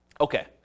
Okay